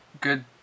good